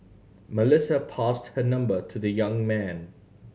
Melissa passed her number to the young man